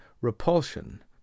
repulsion